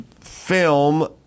film